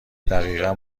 دقیقا